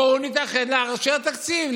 בואו נתאחד לאשר תקציב.